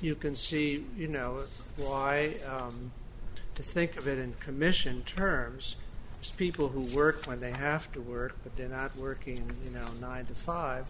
you can see you know why to think of it and commission terms as people who work when they have to work but they're not working you know nine to five